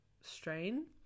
Strain